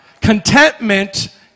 Contentment